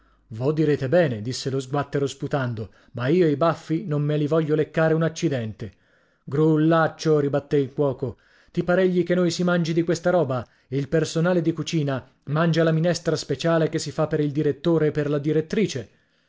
vo direte bene disse lo sguattero sputando ma io i baffi non me li voglio leccare un accidente grullaccio ribatté il cuoco ti paregli che noi si mangi di questa roba il personale di cucina mangia la minestra speciale che si fa per il direttore e per la direttrice